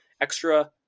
extra